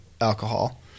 alcohol